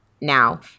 now